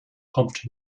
kommt